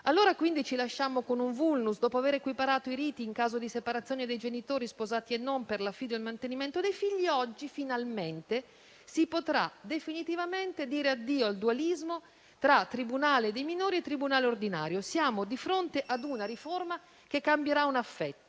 in Commissione giustizia. Dopo aver equiparato i riti in caso di separazione dei genitori sposati e non per l'affidamento e il mantenimento dei figli, oggi finalmente si potrà definitivamente dire addio al dualismo tra tribunale dei minori e tribunale ordinario. Siamo di fronte ad una riforma che cambierà un assetto.